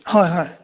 ꯍꯣꯏ ꯍꯣꯏ